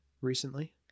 recently